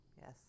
yes